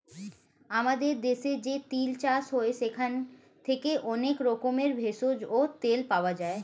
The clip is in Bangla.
আমাদের দেশে যে তিল চাষ হয় সেখান থেকে অনেক রকমের ভেষজ ও তেল পাওয়া যায়